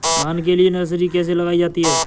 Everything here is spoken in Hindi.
धान के लिए नर्सरी कैसे लगाई जाती है?